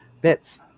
bits